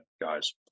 guys